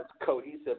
cohesive